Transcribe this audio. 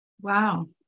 Wow